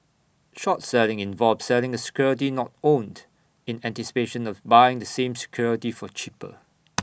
short selling involves selling A security not owned in anticipation of buying the same security for cheaper